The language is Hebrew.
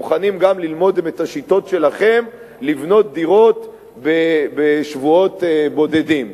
מוכנים גם ללמוד את השיטות שלכם לבנות דירות בשבועות בודדים,